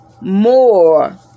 more